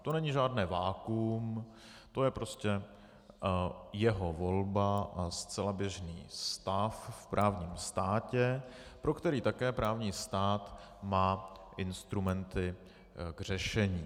To není žádné vakuum, to je prostě jeho volba a zcela běžný stav v právním státě, pro který také právní stát má instrumenty k řešení.